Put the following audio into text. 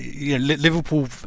Liverpool